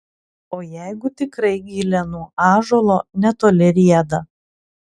o jeigu tikrai gilė nuo ąžuolo netoli rieda